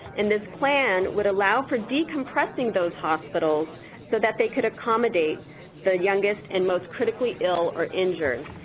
and this plan would allow for decompressing those hospitals so that they could accommodate the youngest and most critically ill or injured.